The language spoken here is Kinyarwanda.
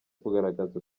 kugaragaza